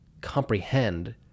comprehend